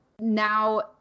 now